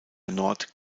nord